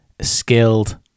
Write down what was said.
skilled